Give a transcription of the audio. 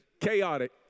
chaotic